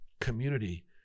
community